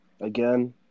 Again